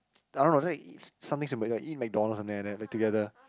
I don't know just eat something simple eat McDonald's or something like that like together